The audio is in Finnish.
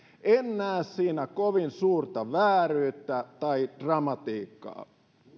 en näe siinä kovin suurta vääryyttä tai dramatiikkaa